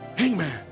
Amen